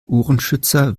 ohrenschützer